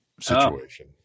situation